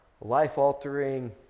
life-altering